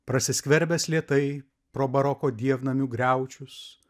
prasiskverbęs lėtai pro baroko dievnamių griaučius